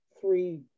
three